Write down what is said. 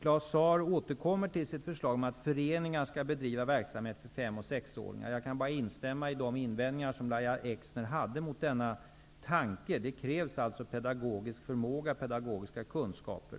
Claus Zaar återkommer till sitt förslag om att föreningar skall bedriva verksamhet för fem och sexåringar. Jag kan bara instämma i de invändningar som Lahja Exner hade mot denna tanke. Det krävs alltså pedagogisk förmåga och pedagogiska kunskaper.